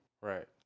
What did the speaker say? right